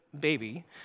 baby